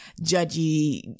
judgy